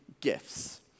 gifts